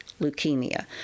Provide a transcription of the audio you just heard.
leukemia